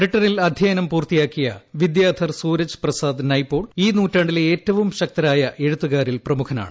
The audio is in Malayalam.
ബ്രിട്ടണിൽ അധ്യയനം പൂർത്തിയാക്കിയ വിദ്യാധർ സൂരജ് പ്രസാദ് നയ്പോൾ ഈ നൂറ്റാണ്ടിലെ ഏറ്റവും ശക്തരായ എഴുത്തുകാരിൽ പ്രമുഖനാണ്